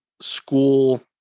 school